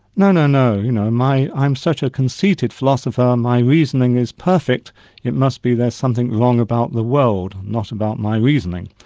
no, no, no, you know, i'm i'm such a conceited philosopher and my reasoning is perfect it must be there's something wrong about the world, not about my reasoning.